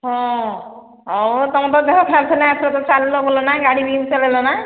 ହଁ ଆଉ ତୁମର ତ ଦେହ ଖରାପ ଥିଲା ଆର ଥରକ ଚାଲିଲ ବୁଲିଲ ନାହିଁ ଗାଡ଼ି ନେଇ ଚଲେଇଲ ନା